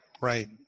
right